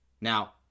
Now